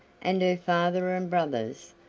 and her father and brothers,